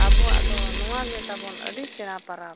ᱟᱵᱚᱣᱟᱜ ᱫᱚ ᱱᱚᱣᱟᱜᱮ ᱛᱟᱵᱚᱱ ᱟᱹᱰᱤ ᱥᱮᱬᱟ ᱯᱚᱨᱚᱵᱽ